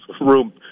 room